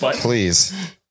Please